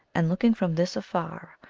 and looking from this afar,